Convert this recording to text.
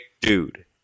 dude